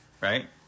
right